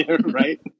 Right